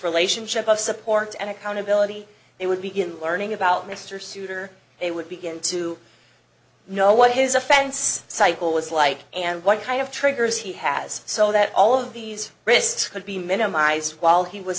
relationship of support and accountability they would begin learning about mr souter they would begin to know what his offense cycle is like and what kind of triggers he has so that all of these risks could be minimised while he was